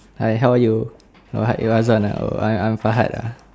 hi how are you farhad you hazwan uh I'm I'm farhad ah